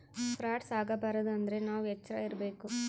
frauds ಆಗಬಾರದು ಅಂದ್ರೆ ನಾವ್ ಎಚ್ರ ಇರ್ಬೇಕು